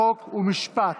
חוק ומשפט.